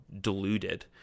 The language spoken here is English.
deluded